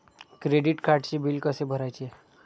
Credit कार्डचे bill कसे भरायचे?